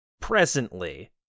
presently